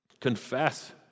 Confess